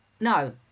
No